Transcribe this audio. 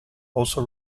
also